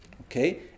Okay